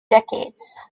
decades